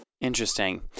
interesting